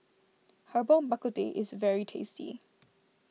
Herbal Bak Ku Teh is a very tasty